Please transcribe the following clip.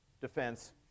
defense